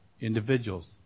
individuals